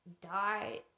die